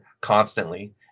constantly